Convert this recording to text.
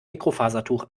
mikrofasertuch